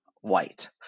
white